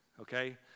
okay